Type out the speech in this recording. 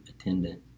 attendant